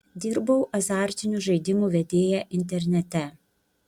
dirbau azartinių žaidimų vedėja internete